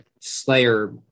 Slayer